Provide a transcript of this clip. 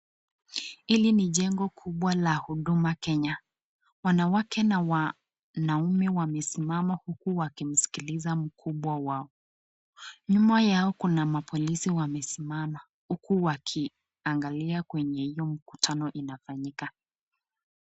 Hili ni jengo kubwa la huduma kenya, wanawake na wanaume wamesimama huku wakimsikiliza mkubwa wao, nyuma yao kuna mapolisi wamesimama huku wakiangalia kwenye hio mkutano inafanyika.